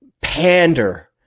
pander